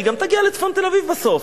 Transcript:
היא גם תגיע לצפון תל-אביב בסוף.